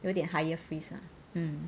有点 hire freeze